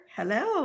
Hello